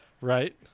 right